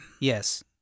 Yes